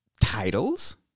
titles